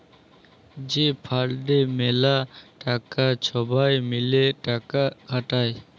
যে ফাল্ডে ম্যালা টাকা ছবাই মিলে টাকা খাটায়